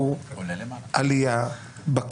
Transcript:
ענייניהם.